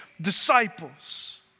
disciples